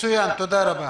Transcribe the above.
מצוין, תודה רבה.